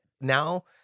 Now